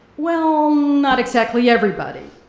well, not exactly everybody.